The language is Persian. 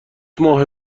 ماه